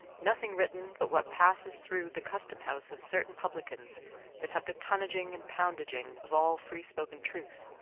nothing written but what passes through the custom-house of certain publicans that have the tonnaging and poundaging of all free-spoken truth,